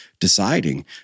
deciding